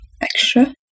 extra